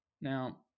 Now